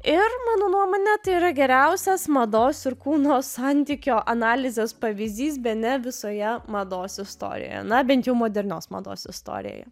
ir mano nuomone tai yra geriausias mados ir kūno santykio analizės pavyzdys bene visoje mados istorijoje na bent jau modernios mados istorijoje